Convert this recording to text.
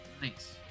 Thanks